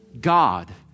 God